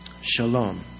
Shalom